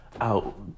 out